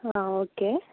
okay